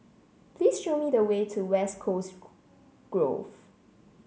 please show me the way to West Coast Grove